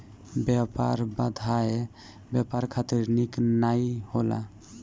व्यापार बाधाएँ व्यापार खातिर निक नाइ होला